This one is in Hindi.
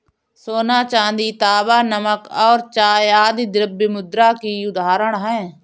सोना, चांदी, तांबा, नमक और चाय आदि द्रव्य मुद्रा की उदाहरण हैं